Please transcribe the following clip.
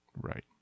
Right